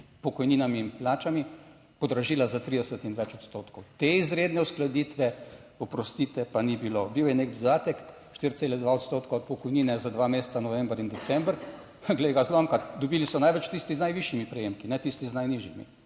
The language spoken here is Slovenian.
pokojninami in plačami podražila za 30 in več odstotkov. Te izredne uskladitve. Oprostite, pa ni bilo. Bil je nek dodatek 4,2 odstotka od pokojnine za dva meseca, november in december. Glej ga zlomka, dobili so največ tisti z najvišjimi prejemki, ne tisti z najnižjimi,